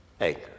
anchor